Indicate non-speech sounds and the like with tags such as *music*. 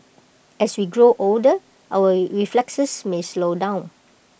as we grow older our *noise* reflexes may slow down